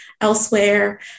elsewhere